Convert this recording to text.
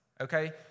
Okay